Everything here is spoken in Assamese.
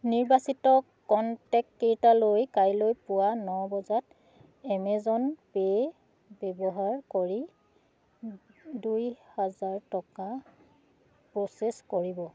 নিৰ্বাচিত কণ্টেক্টকেইটালৈ কাইলৈ পুৱা ন বজাত এমেজন পে' ব্যৱহাৰ কৰি দুই হাজাৰ টকা প্ৰ'চেছ কৰিব